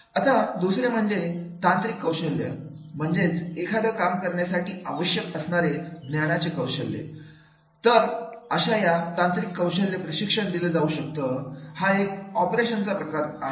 आता दुसरे म्हणजे तांत्रिक कौशल्य म्हणजेच एखादं काम करण्यासाठी आवश्यक असणारे ज्ञानाचे कौशल्य तर अशा विशिष्ट तांत्रिक कौशल्य प्रशिक्षण दिलं जाऊ शकतं हा एक ऑपरेशन प्रकार आहे